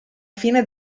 fine